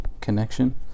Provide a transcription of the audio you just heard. connection